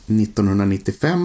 1995